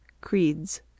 Creeds